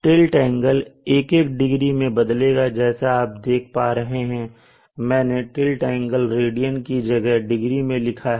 tilt angle एक एक degree में बदलेगा जैसा आप देख पा रहे हैं कि मैंने टिल्ट एंगल रेडियन की जगह डिग्री में लिखा है